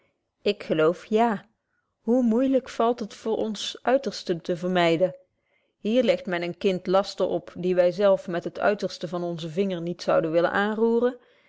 ik geloof ja hoe moeilyk valt het voor ons uitersten te vermyden hier legt men een kind lasten op die wy zelf met het uiterste van onzen vinger niet zouden willen aanroeren